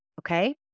okay